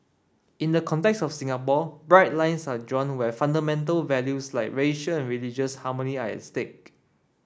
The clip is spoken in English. in the context of Singapore bright lines are drawn where fundamental values like racial and religious harmony are at stake